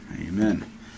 amen